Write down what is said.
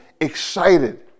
excited